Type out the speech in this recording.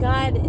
God